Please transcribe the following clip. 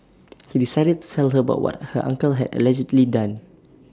he decided to tell her about what her uncle had allegedly done